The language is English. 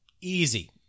easy